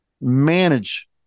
manage